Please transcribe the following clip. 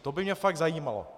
To by mě fakt zajímalo.